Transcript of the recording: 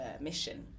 mission